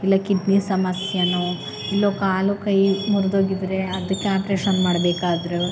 ಇಲ್ಲ ಕಿಡ್ನಿ ಸಮಸ್ಯೆಯೋ ಇಲ್ಲೊ ಕಾಲು ಕೈ ಮುರಿದೋಗಿದ್ರೆ ಅದಕ್ಕೆ ಆಪ್ರೇಷನ್ ಮಾಡ್ಬೇಕಾದ್ರೂ